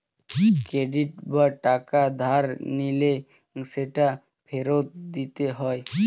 credit বা টাকা ধার নিলে সেটা ফেরত দিতে হয়